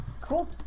Cool